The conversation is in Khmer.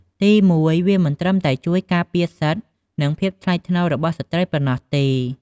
ទីមួយ វាមិនត្រឹមតែជួយ ការពារសិទ្ធិ និងភាពថ្លៃថ្នូររបស់ស្ត្រីប៉ុណ្ណោះទេ។